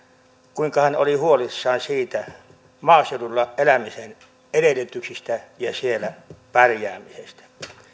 kuinka hän oli huolissaan maaseudulla elämisen edellytyksistä ja siellä pärjäämisestä